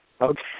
Okay